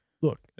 Look